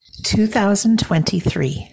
2023